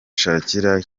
shakira